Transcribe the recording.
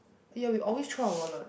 ya we always throw our wallet